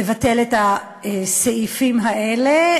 לבטל את הסעיפים האלה.